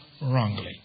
wrongly